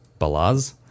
Balaz